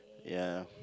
ya